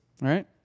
right